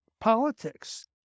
politics